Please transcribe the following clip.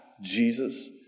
Jesus